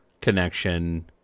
connection